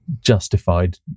justified